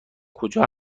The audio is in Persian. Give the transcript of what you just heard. کجا